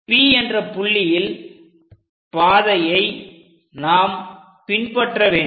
P என்ற புள்ளியில் பாதையை நாம் பின்பற்ற வேண்டும்